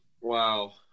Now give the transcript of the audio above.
Wow